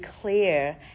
clear